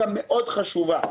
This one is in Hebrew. גם מאוד חשובה,